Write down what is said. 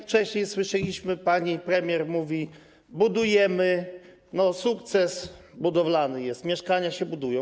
Wcześniej słyszeliśmy, jak pani premier mówi: budujemy, sukces budowlany jest, mieszkania się budują.